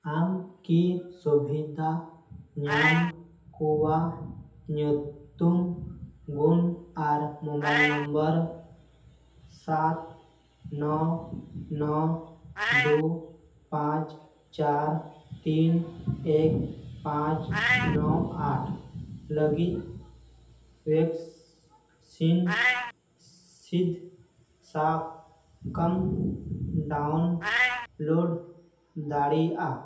ᱟᱢ ᱠᱤ ᱥᱩᱵᱤᱫᱷᱟ ᱧᱟᱢ ᱠᱚᱣᱟᱜ ᱧᱩᱛᱩᱢ ᱜᱩᱱ ᱟᱨ ᱢᱳᱵᱟᱭᱤᱞ ᱱᱚᱢᱵᱚᱨ ᱥᱟᱛ ᱱᱚ ᱱᱚ ᱫᱩ ᱯᱟᱸᱪ ᱪᱟᱨ ᱛᱤᱱ ᱮᱠ ᱯᱟᱸᱪ ᱱᱚ ᱟᱴ ᱞᱟᱹᱜᱤᱫ ᱵᱷᱮᱠᱥᱤᱱ ᱥᱤᱫᱽ ᱥᱟᱠᱟᱢ ᱰᱟᱣᱩᱱᱞᱳᱰ ᱫᱟᱲᱮᱭᱟᱜᱼᱟ